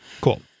cool